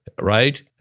right